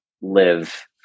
live